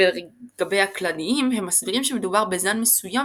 ולגבי הכלדיים הם מסבירים שמדובר בזן מסוים